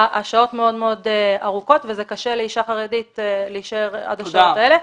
השעות מאוד מאוד ארוכות וקשה לאישה חרדית להישאר בשעות האלה,